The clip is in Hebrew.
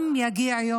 גם היום יגיע,